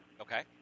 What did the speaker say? Okay